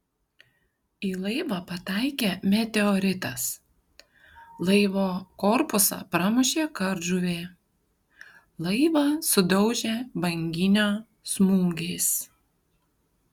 į laivą pataikė meteoritas laivo korpusą pramušė kardžuvė laivą sudaužė banginio smūgis